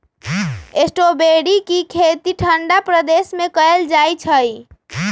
strawberry के खेती ठंडा प्रदेश में कएल जाइ छइ